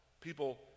People